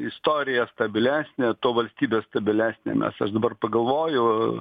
istorija stabilesnė tuo valstybė stabilesnė nes aš dabar pagalvoju